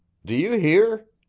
do you hear?